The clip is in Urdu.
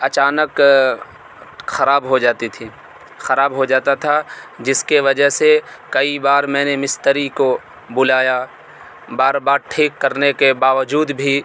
اچانک خراب ہو جاتی تھی خراب ہو جاتا تھا جس کے وجہ سے کئی بار میں نے مستری کو بلایا بار بار ٹھیک کرنے کے باوجود بھی